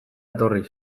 etorri